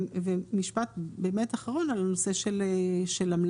ומשפט באמת אחרון על הנושא של המלאי.